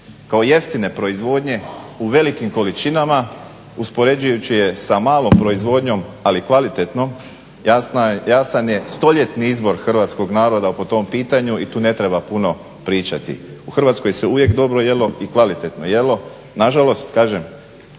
kao jeftine proizvodnje u velikim količinama uspoređujući je sa malom proizvodnjom, ali kvalitetnom jasan je stoljetni izbor Hrvatskog naroda po tom pitanju i tu ne treba puno pričati. U Hrvatskoj se uvijek dobro jelo i kvalitetno jelo. Na žalost kažem,